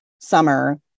Summer